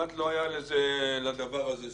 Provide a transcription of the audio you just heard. כמעט לא היה לדבר הזה סוף.